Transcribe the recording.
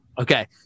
Okay